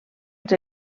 els